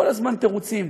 כל הזמן תירוצים.